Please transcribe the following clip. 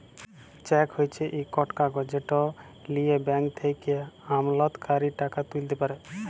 cheque হছে ইকট কাগজ যেট লিঁয়ে ব্যাংক থ্যাকে আমলাতকারী টাকা তুইলতে পারে